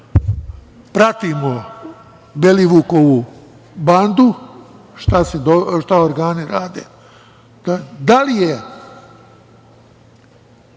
pratimo Belivukovu bandu, šta organi rade – da li je